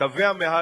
קווי המהדרין.